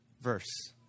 verse